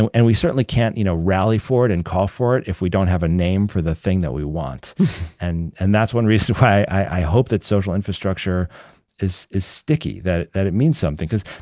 and and we certainly can't you know rally for it and call for it if we don't have a name for the thing that we want and and that's one reason why i hope that social infrastructure is is sticky, that that it means something. because,